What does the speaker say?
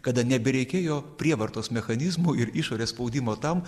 kada nebereikėjo prievartos mechanizmų ir išorės spaudimo tam